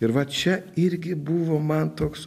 ir va čia irgi buvo man toks